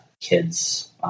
kids